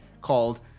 called